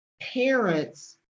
parents